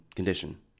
Condition